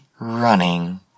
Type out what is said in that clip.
running